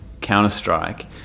Counter-Strike